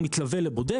הוא מתלווה לבודק,